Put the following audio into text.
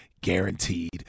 guaranteed